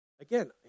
again